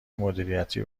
مدیریتی